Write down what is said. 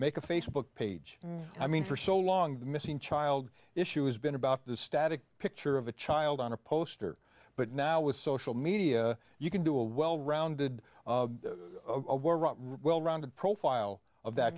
make a facebook page i mean for so long the missing child issue has been about the static picture of a child on a poster but now with social media you can do a well rounded well rounded profile of that